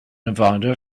nevada